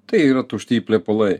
tai yra tušti plepalai